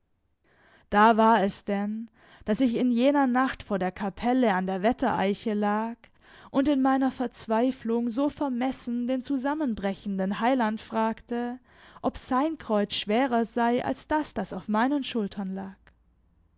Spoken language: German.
da war es denn daß ich in jener nacht vor der kapelle an der wettereiche lag und in meiner verzweiflung so vermessen den zusammenbrechenden heiland fragte ob sein kreuz schwerer sei als das das auf meinen schultern lag